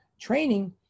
training